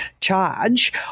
charge